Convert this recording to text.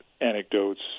anecdotes